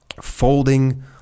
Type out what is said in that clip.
Folding